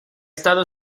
estado